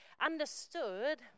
understood